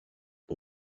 the